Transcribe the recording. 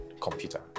computer